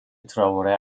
ترائوره